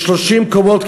של 30 קומות,